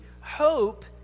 hope